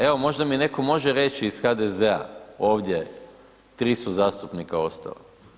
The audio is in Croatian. Evo možda mi netko može reći iz HDZ-a ovdje, 3 su zastupnika ostala.